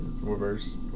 Reverse